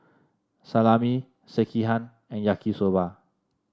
Salami Sekihan and Yaki Soba